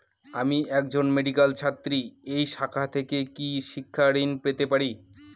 আমি একজন মেডিক্যাল ছাত্রী এই শাখা থেকে কি শিক্ষাঋণ পেতে পারি?